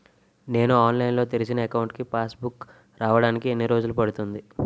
నేను ఆన్లైన్ లో తెరిచిన అకౌంట్ కి పాస్ బుక్ రావడానికి ఎన్ని రోజులు పడుతుంది?